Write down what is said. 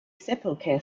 sepulchre